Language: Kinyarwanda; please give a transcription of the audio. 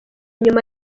nyuma